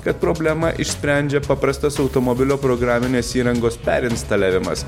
kad problemą išsprendžia paprastas automobilio programinės įrangos perinstaliavimas